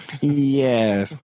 Yes